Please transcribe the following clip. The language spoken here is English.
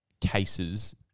cases